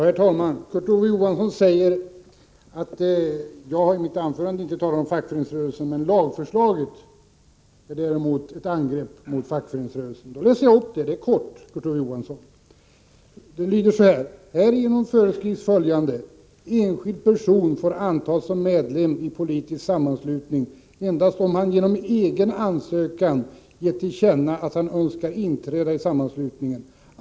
Herr talman! Kurt Ove Johansson säger att jag i mitt anförande inte talade om fackföreningsrörelsen men att lagförslaget däremot är ett angrepp på fackföreningsrörelsen. Jag skall läsa upp lagförslaget. Det är kort, Kurt Ove Johansson. Det lyder så här: Enskild person får antas som medlem i politisk sammanslutning endast om han genom egen ansökan gett till känna att han önskar inträda i sammanslutningen.